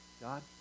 God